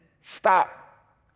stop